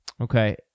Okay